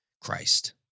Christ